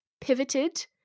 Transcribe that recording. pivoted